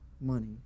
money